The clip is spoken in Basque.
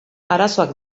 arazoak